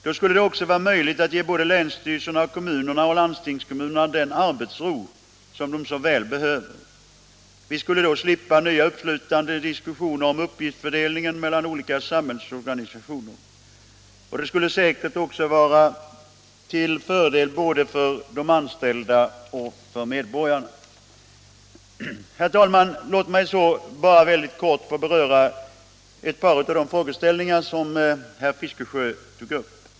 Då skulle det också vara möjligt att ge både länsstyrelserna, kommunerna och landstingskommunerna den arbetsro som de så väl behöver. Vi skulle då slippa nya uppslitande diskussioner om uppgiftsfördelningen mellan olika samhällsorganisationer. Det skulle säkert också vara till fördel både för de anställda och för medborgarna. Herr talman! Låt mig så bara helt kort beröra ett par av de frågeställningar som herr Fiskesjö tog upp.